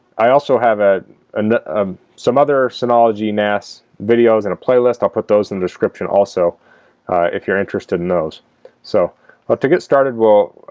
i also have ah and a some other synology nas videos in a playlist, i'll put those in the description also if you're interested in those so well to get started we'll